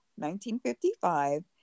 1955